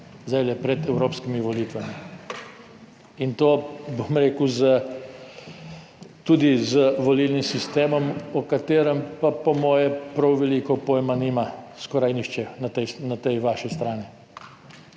zdaj pred evropskimi volitvami. In to, bom rekel, tudi z volilnim sistemom, o katerem pa po moje prav veliko pojma nima skoraj nihče na tej vaši strani.